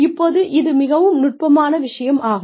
இப்போது இது மிகவும் நுட்பமான விஷயம் ஆகும்